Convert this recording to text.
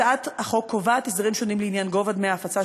הצעת החוק קובעת הסדרים שונים לעניין גובה דמי ההפצה